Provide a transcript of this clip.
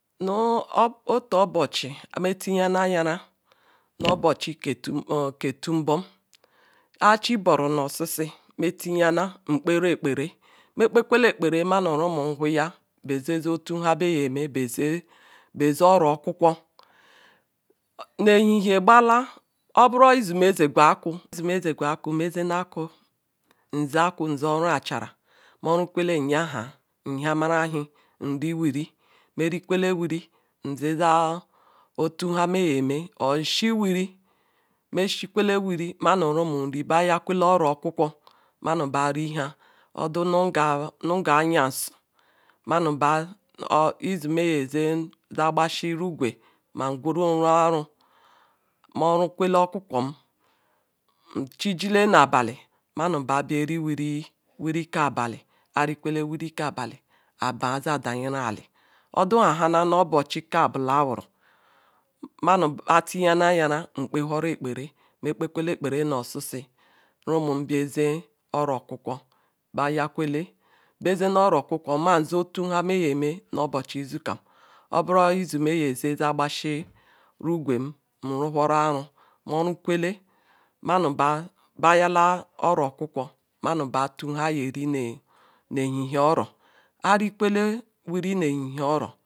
Ny otu obochi nratiyana ayaira nu obochi ketimi bom haji boru no osiesie tiyana nkperu ekpere ma kpekwela ekpere manu rumum huya nzizotu nha beame ma bea zea oro kwukwo nu ehizhie gbala ogboru izi mzegwu akwa mezemakwu nze oru achara morukwele nyha hiamarhehie hriwuri merikele wiri nzezotu nha mea mea or inshie wiri meashie kwel wiri manu rumum nba, bayakwea oro okwukwo manuba riha odanuga ayasur manuba izi ma yeze obasi rugwe ma gweru ru aru moru kweem okwukwum chijile nu cbeu menu bar beariwwi wwi keaba li abazzdaryirach oduhana nu oboch ke abulara atiyana ayara mkpekpere mea kpe kwele ekpere nu osie osie rumum beaze oro okwukwo bayakwele oro okwukwo mazeotu nha meamea kezikam obura ezi mazeza kpazi rugwem nruhuru bayala oro kwukwo atu nha age eri nu ehihe oro arikwehe wiri nu chia ehie oro.